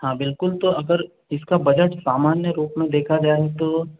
हाँ बिल्कुल तो अगर इसका बजट सामान्य रूप में देखा जाए तो